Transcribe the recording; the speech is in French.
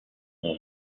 ont